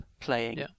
playing